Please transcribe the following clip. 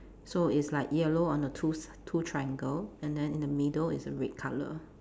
so it's like yellow on the two s~ two triangle and then in the middle it's a red colour